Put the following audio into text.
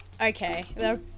Okay